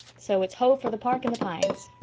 so it's ho for the park and the pines.